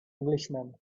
englishman